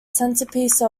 centerpiece